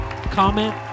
comment